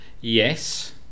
Yes